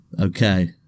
Okay